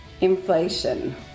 Inflation